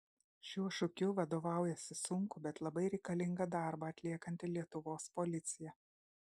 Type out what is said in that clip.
šiuo šūkiu vadovaujasi sunkų bet labai reikalingą darbą atliekanti lietuvos policija